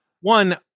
one